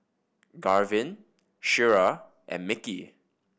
Garvin Shira and Micky